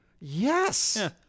Yes